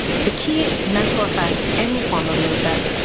the key mental effect of any form of movement,